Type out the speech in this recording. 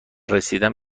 رسیدن